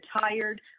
tired